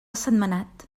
sentmenat